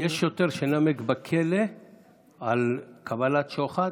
יש שוטר שנמק בכלא על קבלת שוחד,